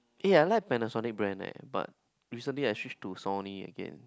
eh I like Panasonic brand eh but recently I switch to Sony again